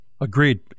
agreed